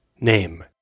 Name